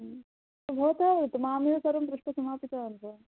भवता तु माम् एव सर्वं पृष्ट्वा समापितवान् वा